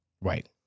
Right